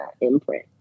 imprint